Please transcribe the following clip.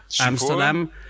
Amsterdam